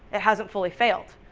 it hasn't fully failed.